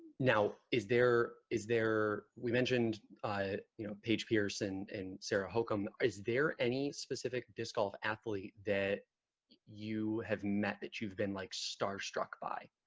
now is there, is there, we mentioned, you know paige pierce, and, and sarah hokom. is there any specific disc golf athlete that you have met that you've been, like, star-struck by?